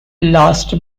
last